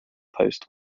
post